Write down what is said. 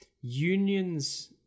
Unions